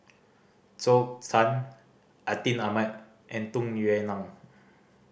Zhou Can Atin Amat and Tung Yue Nang